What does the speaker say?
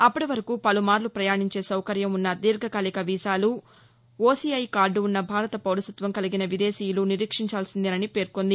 అప్పటి వరకు పలుమార్లు ప్రయాణించే సౌకర్యం ఉన్న దీర్ఘకాలిక వీసాలు ఓసీఐ కార్డు ఉన్న భారత పౌరసత్వం కలిగిన విదేశీయులు నిరీక్షించాల్సిందేని పేర్కొంది